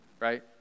right